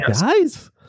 guys